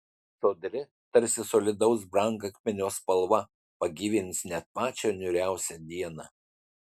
sodri tarsi solidaus brangakmenio spalva pagyvins net pačią niūriausią dieną